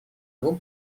двум